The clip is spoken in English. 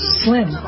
slim